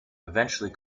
eventually